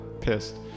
pissed